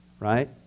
Right